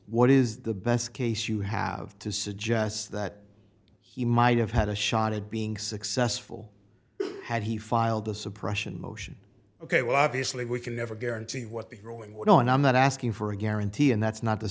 what is the best case you have to suggest that he might have had a shot at being successful had he filed the suppression motion ok well obviously we can never guarantee what the ruling would on i'm not asking for a guarantee and that's not the